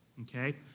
Okay